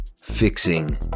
Fixing